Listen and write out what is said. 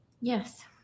Yes